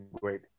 great